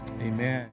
amen